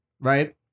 right